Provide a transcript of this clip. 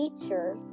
teacher